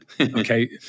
Okay